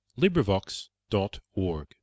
LibriVox.org